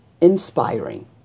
inspiring